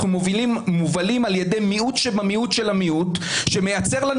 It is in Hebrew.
אנחנו מובלים על ידי מיעוט שבמיעוט של המיעוט שמייצר לנו